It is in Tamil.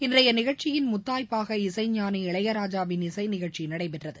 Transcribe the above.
இன்றைய நிகழ்ச்சியின் முத்தாய்ப்பாக இசைஞானி இளையராஜாவின் இசை நிகழ்ச்சி நடைபெற்றது